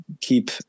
keep